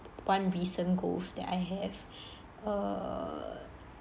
one recent goals that I have err